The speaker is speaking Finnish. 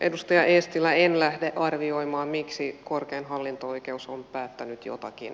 edustaja eestilä en lähde arvioimaan miksi korkein hallinto oikeus on päättänyt jotakin